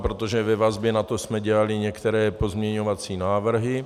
Protože ve vazbě na to jsme dělali některé pozměňovací návrhy.